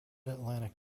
atlantic